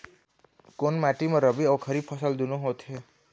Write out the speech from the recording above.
कोन माटी म रबी अऊ खरीफ फसल दूनों होत हे?